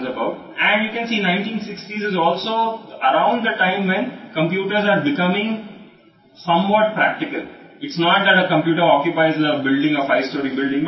కాబట్టి ఇప్పుడు సంఖ్యాపరంగా దృఢంగా ఉండాల్సిన అవసరం వచ్చింది మరియు కంప్యూటర్లు కొంతవరకు ప్రాక్టికల్గా మారుతున్న టైమ్లోనే 1960 లొ మీరు చూడవచ్చు